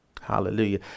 Hallelujah